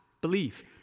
Believe